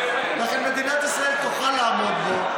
מדינת ישראל תוכל לעמוד בו,